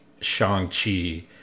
Shang-Chi